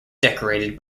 decorated